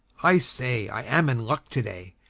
i say i am in luck to-day.